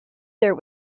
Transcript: there